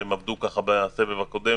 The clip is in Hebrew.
הם עבדו כך בסגר הקודם